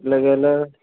लगेलं